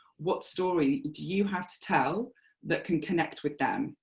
what story do you have to tell that can connect with them,